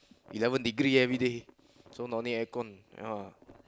eleven degree everyday so no need air con you know ah